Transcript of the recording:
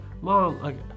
mom